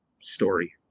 story